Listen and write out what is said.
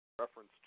reference